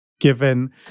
given